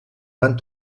van